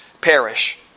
perish